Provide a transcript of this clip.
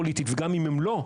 וזה לא סוד,